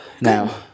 Now